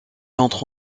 entre